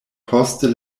poste